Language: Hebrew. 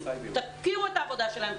תוקירו את העבודה שלהם.